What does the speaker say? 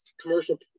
commercial